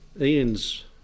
Ian's